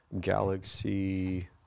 Galaxy